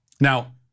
Now